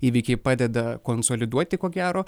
įvykiai padeda konsoliduoti ko gero